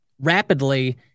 rapidly